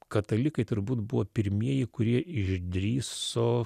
katalikai turbūt buvo pirmieji kurie išdrįso